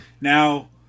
Now